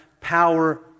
power